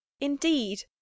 Indeed